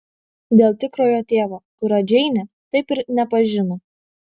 dėl tikrojo tėvo kurio džeinė taip ir nepažino